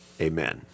amen